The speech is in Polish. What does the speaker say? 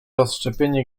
rozszczepienie